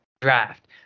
draft